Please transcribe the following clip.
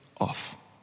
off